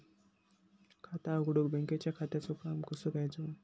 खाता उघडुक बँकेच्या खात्याचो फार्म कसो घ्यायचो?